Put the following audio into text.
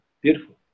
Beautiful